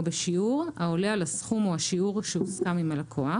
בשיעור העולה על הסכום או השיעור שהוסכם עם הלקוח'.